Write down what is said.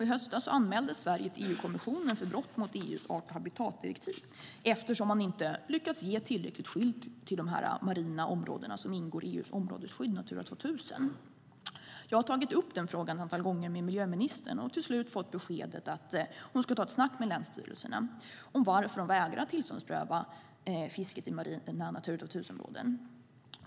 I höstas anmäldes Sverige till EU-kommissionen för brott mot EU:s art och habitatdirektiv eftersom vi inte lyckats ge tillräckligt skydd till de marina områdena som ingår i EU:s områdesskydd Natura 2000. Jag har tagit upp frågan ett antal gånger med miljöministern och till slut fått beskedet att hon ska ta ett snack med länsstyrelserna om varför de vägrar att tillståndspröva fisket i Natura 2000-områden.